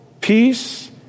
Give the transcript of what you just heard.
peace